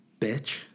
bitch